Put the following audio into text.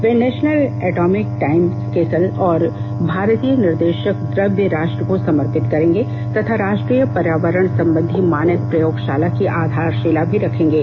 वे national atomic time scale और भारतीय निर्देशक द्रव्य राष्ट्र को समर्पित करेंगे तथा राष्ट्रीय पर्यावरण संबंधी मानक प्रयोगशाला की आधारशिला भी रखेंगे